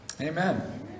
Amen